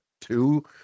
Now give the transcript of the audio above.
Two